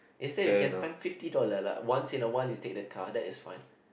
instead you can spend fifty dollar like once in a while you take the car that is fine